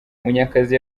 munyakazi